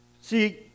See